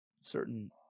certain